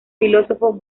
filósofo